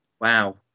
wow